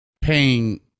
paying